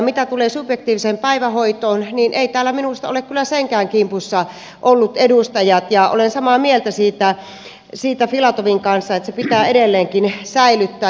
mitä tulee subjektiiviseen päivähoitoon niin eivät täällä minusta ole kyllä senkään kimpussa olleet edustajat ja olen samaa mieltä siitä filatovin kanssa että se pitää edelleenkin säilyttää